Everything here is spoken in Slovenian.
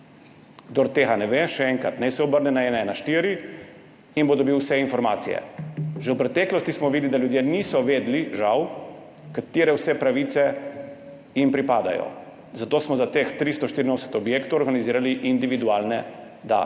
Kdor tega ne ve, še enkrat, naj se obrne na 114 in bo dobil vse informacije. Že v preteklosti smo videli, da ljudje niso vedeli, žal, katere vse pravice jim pripadajo, zato smo za teh 384 objektov organizirali individualno, da,